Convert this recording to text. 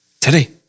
today